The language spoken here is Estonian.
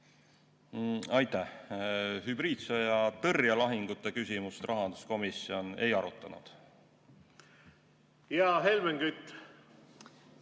Aitäh! Hübriidsõja tõrjelahingute küsimust rahanduskomisjon ei arutanud. Helmen Kütt!